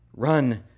Run